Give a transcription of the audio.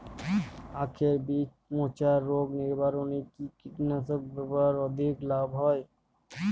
আঁখের বীজ পচা রোগ নিবারণে কি কীটনাশক ব্যবহারে অধিক লাভ হয়?